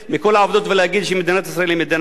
ולהגיד שמדינת ישראל היא מדינה דמוקרטית.